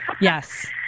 yes